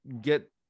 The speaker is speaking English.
get